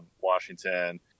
Washington